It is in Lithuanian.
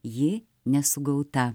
ji nesugauta